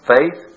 Faith